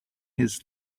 his